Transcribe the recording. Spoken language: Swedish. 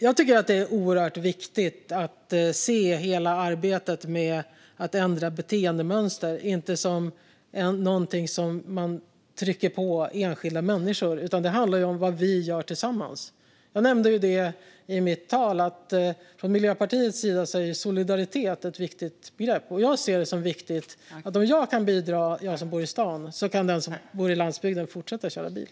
Jag tycker att det är oerhört viktigt att se hela arbetet med att ändra beteendemönster inte som något som trycks på enskilda människor utan som något som handlar om vad vi gör tillsammans. Jag nämnde i mitt anförande att vi från Miljöpartiets sida ser solidaritet som ett viktigt begrepp. Jag ser det som viktigt att om jag, som bor i stan, kan bidra kan den som bor på landsbygden fortsätta att köra bil.